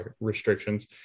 restrictions